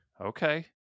Okay